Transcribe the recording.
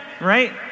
right